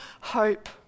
hope